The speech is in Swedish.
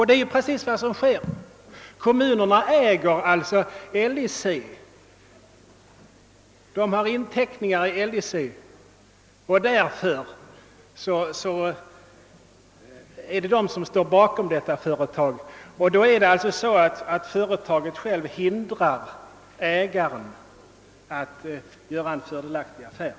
Det är precis detta som kommunerna gör i det aktuella fallet. De äger nämligen LIC genom sina insatser. Det är ju kommunernas eget organ.